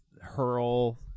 hurl